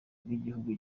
nk’igihugu